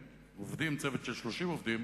מצוות של 30 עובדים